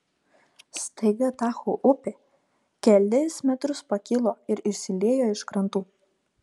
staiga tacho upė kelis metrus pakilo ir išsiliejo iš krantų